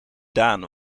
daan